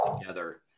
together